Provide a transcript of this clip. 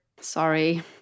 Sorry